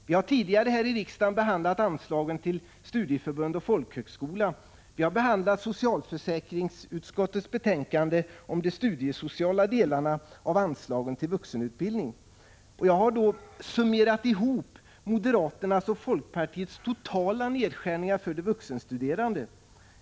Vi har tidigare här i riksdagen behandlat anslagen till studieförbund och folkhögskola, och vi har behandlat socialförsäkringsutskottets betänkande om de studiesociala delarna av anslagen till vuxenutbildning. Jag har summerat moderaternas resp. folkpartiets totala nedskärningar för de vuxenstuderande.